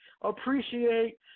appreciate